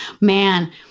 Man